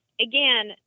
Again